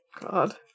God